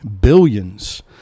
billions